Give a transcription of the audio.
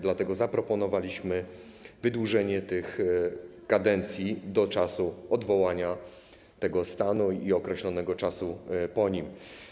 Dlatego zaproponowaliśmy wydłużenie tych kadencji do czasu odwołania tego stanu i określonego czasu po nim.